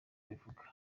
abivuga